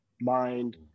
mind